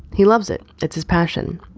he loves it. it's his passion.